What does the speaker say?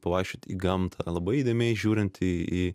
pavaikščiot į gamtą labai įdėmiai žiūrint į į